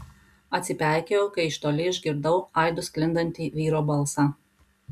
atsipeikėjau kai iš toli išgirdau aidu sklindantį vyro balsą